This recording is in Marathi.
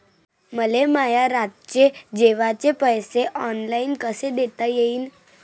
मले माया रातचे जेवाचे पैसे ऑनलाईन कसे देता येईन?